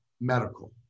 medical